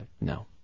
no